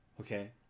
okay